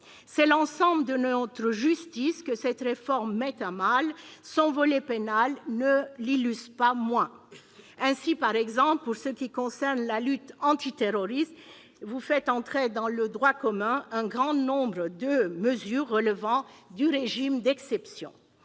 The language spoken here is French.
C'est l'ensemble de notre justice que cette réforme met à mal : son volet pénal illustre tout autant cette réalité. Ainsi, pour ce qui concerne la lutte antiterroriste, vous faites entrer dans le droit commun un grand nombre de mesures relevant du régime d'exception.